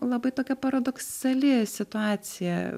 labai tokia paradoksali situacija